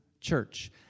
church